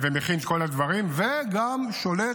ומכין את כל הדברים, וגם שולט.